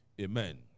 Amen